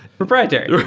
proprietary. right,